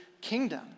kingdom